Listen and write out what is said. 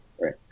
right